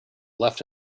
left